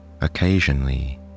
Occasionally